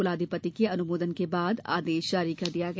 कुलाधिपति के अनुमोदन के बाद आदेश जारी कर दिया गया